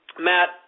Matt